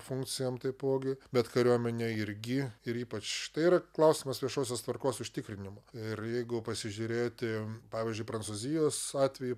funkcijom taipogi bet kariuomenė irgi ir ypač tai yra klausimas viešosios tvarkos užtikrinimo ir jeigu pasižiūrėti pavyzdžiui prancūzijos atvejį